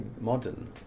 modern